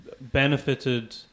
benefited